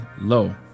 low